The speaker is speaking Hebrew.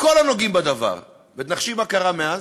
וכל הנוגעים בדבר, ותנחשי מה קרה מאז?